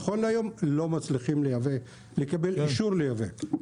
נכון להיום לא מצליחים לקבל אישור לייבא.